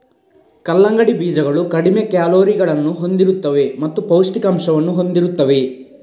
ಕಲ್ಲಂಗಡಿ ಬೀಜಗಳು ಕಡಿಮೆ ಕ್ಯಾಲೋರಿಗಳನ್ನು ಹೊಂದಿರುತ್ತವೆ ಮತ್ತು ಪೌಷ್ಠಿಕಾಂಶವನ್ನು ಹೊಂದಿರುತ್ತವೆ